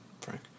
Frank